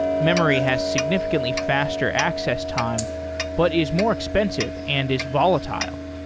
memory has significantly faster access time but is more expensive and is volatile,